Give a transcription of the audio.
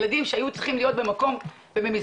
ילדים שהיו צריכים להיות במקום ובמסגרת,